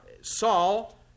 Saul